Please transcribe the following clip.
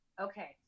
okay